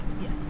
yes